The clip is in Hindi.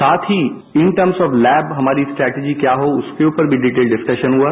साथ ही इन टर्मस ऑफ लैब हमारी स्ट्रैटिजी क्या हो उसके उपर भी डिटेल डिस्कशन हुआ